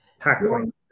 tackling